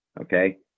okay